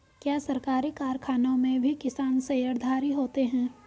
क्या सरकारी कारखानों में भी किसान शेयरधारी होते हैं?